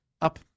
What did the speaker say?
up